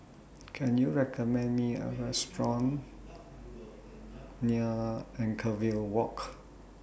Can YOU recommend Me A Restaurant near Anchorvale Walk